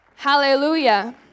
Hallelujah